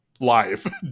live